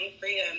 freedom